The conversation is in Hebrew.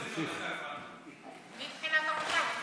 דוד, מי עושה את העבודה מתחילת המושב?